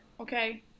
Okay